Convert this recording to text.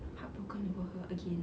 heartbroken over her again